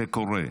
זה קורה.